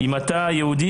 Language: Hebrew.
אם אתה יהודי,